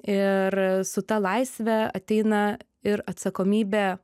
ir su ta laisve ateina ir atsakomybė